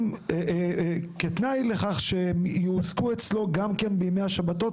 את הדרישה להעסקתם גם בימי השבת,